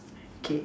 okay